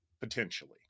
potentially